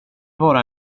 vara